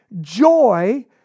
joy